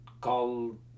called